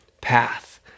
path